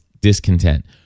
discontent